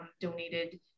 donated